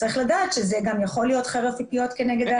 צריך לדעת שזה גם יכול להיות חרב פיפיות כנגד העסקים.